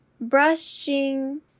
brushing